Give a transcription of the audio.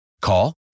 Call